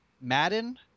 Madden